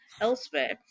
elsewhere